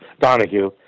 Donahue